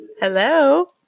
Hello